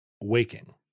waking